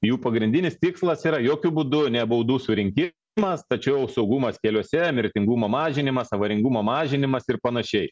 jų pagrindinis tikslas yra jokiu būdu ne baudų surinkimas tačiau saugumas keliuose mirtingumo mažinimas avaringumo mažinimas ir pan